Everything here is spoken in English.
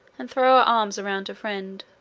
and throw her arms around her friend